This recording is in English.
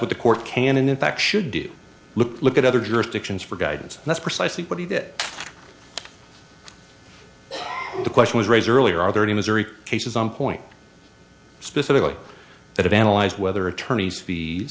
what the court can and in fact should do look look at other jurisdictions for guidance and that's precisely what he did the question was raised earlier are there any missouri cases on point specifically that analyze whether attorneys